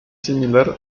similar